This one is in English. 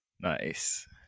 Nice